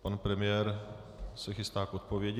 Pan premiér se chystá k odpovědi.